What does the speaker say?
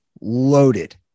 loaded